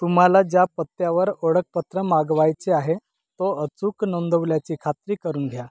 तुम्हाला ज्या पत्त्यावर ओळखपत्र मागवायचे आहे तो अचूक नोंदवल्याची खात्री करून घ्या